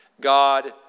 God